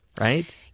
right